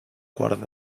quart